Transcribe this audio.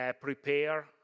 prepare